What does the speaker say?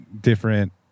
different